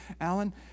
Alan